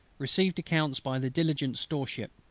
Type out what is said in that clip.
received accounts by the diligent storeship,